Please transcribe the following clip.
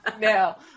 No